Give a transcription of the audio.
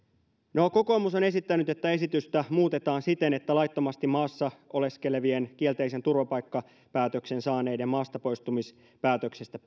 no kokoomus on esittänyt että esitystä muutetaan siten että laittomasti maassa oleskelevien kielteisen turvapaikkapäätöksen saaneiden maastapoistumispäätöksistä